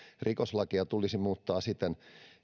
rikoslakia tulisi muuttaa siten